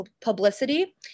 publicity